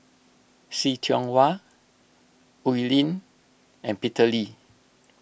See Tiong Wah Oi Lin and Peter Lee